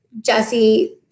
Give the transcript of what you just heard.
Jesse